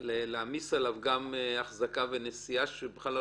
להעמיס עליו גם החזקה ונשיאה כשבכלל לא